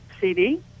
CD